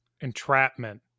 entrapment